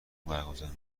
برگزار